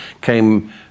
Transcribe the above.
came